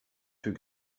put